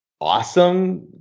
awesome